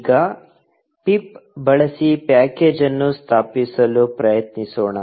ಈಗ ಪಿಪ್ ಬಳಸಿ ಪ್ಯಾಕೇಜ್ ಅನ್ನು ಸ್ಥಾಪಿಸಲು ಪ್ರಯತ್ನಿಸೋಣ